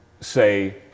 say